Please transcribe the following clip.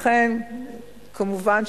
כמובן,